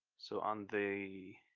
so on the